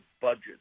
budget